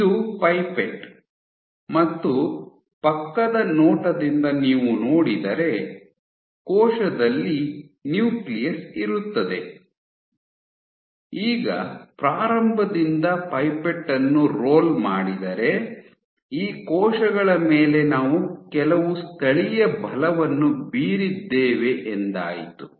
ಇದು ಪೈಪೆಟ್ ಮತ್ತು ಪಕ್ಕದ ನೋಟದಿಂದ ನೀವು ನೋಡಿದರೆ ಕೋಶದಲ್ಲಿ ನ್ಯೂಕ್ಲಿಯಸ್ ಇರುತ್ತದೆ ಈಗ ಪ್ರಾರಂಭದಿಂದ ಪೈಪೆಟ್ ಅನ್ನು ರೋಲ್ ಮಾಡಿದರೆ ಈ ಕೋಶಗಳ ಮೇಲೆ ನಾವು ಕೆಲವು ಸ್ಥಳೀಯ ಬಲವನ್ನು ಬೀರಿದ್ದೇವೆ ಎಂದಾಯಿತು